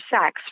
sex